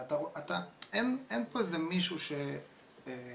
אין פה איזה מישהו שאומר,